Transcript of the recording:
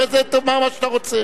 אחרי זה תאמר מה שאתה רוצה.